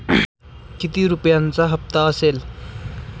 किती रुपयांचा हप्ता असेल?